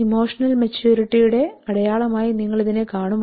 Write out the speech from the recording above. emotional മച്വരിറ്റിയുടെ യുടെ അടയാളമായി നിങ്ങൾ ഇതിനെ കാണുമോ